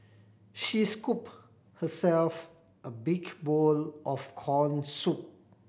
she scooped herself a big bowl of corn soup